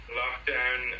lockdown